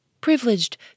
privileged